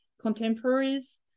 contemporaries